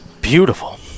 Beautiful